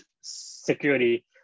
security